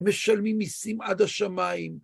משלמים מסים עד השמיים.